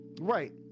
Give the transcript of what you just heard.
Right